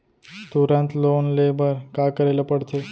तुरंत लोन ले बर का करे ला पढ़थे?